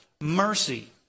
mercy